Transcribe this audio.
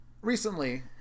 recently